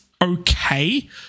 okay